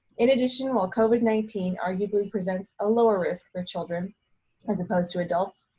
in addition, while covid nineteen arguably presents a lower risk for children as opposed to adults,